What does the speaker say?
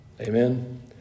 Amen